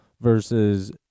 versus